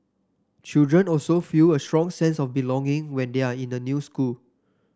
children also feel a strong sense of belonging when they are in a new school